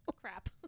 Crap